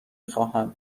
خواهم